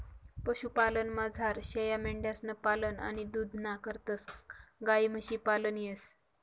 पशुपालनमझार शेयामेंढ्यांसनं पालन आणि दूधना करता गायी म्हशी पालन येस